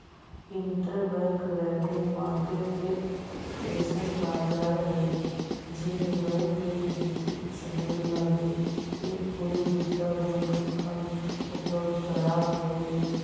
interbank lending market एक अइसन बाजार हई जे में बैंक एक निश्चित समय लगी एक कोई दूसरा बैंक के फंड उपलब्ध कराव हई